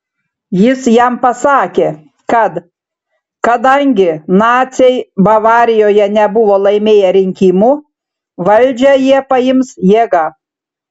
jis jam pasakė kad kadangi naciai bavarijoje nebuvo laimėję rinkimų valdžią jie paims jėga